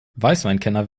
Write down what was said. weißweinkenner